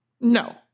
No